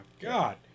god